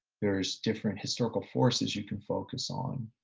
there's different historical forces you can focus on.